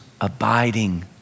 abiding